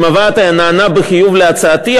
אם הוועד היה נענה בחיוב להצעתי,